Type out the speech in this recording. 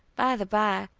by the by,